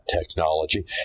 technology